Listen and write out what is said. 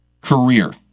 career